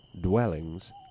dwellings